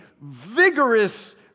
vigorous